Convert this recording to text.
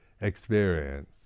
experience